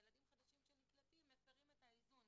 ילדים חדשים שנקלטים מפרים את האיזון